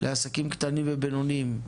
לעסקים קטנים ובינוניים,